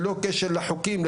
ללא קשר לחוקים,